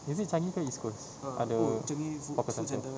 usually changi ke east coast ada hawker center